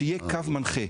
שיהיה קו מנחה.